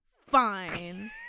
Fine